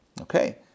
Okay